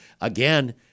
again